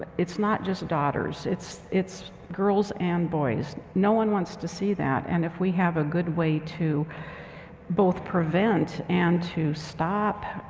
it's not just daughters. it's it's girls and boys. no one wants to see that. and if we have a good way to both prevent and to stop,